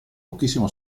pochissimo